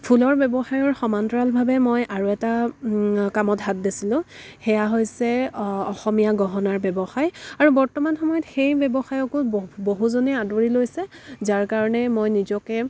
ফুলৰ ব্যৱসায়ৰ সমান্তৰালভাৱে মই আৰু এটা কামত হাত দিছিলোঁ সেয়া হৈছে অসমীয়া গহণাৰ ব্যৱসায় আৰু বৰ্তমান সময়ত সেই ব্যৱসায়কো বহু বহুজনে আদৰি লৈছে যাৰ কাৰণে মই নিজকে